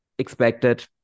expected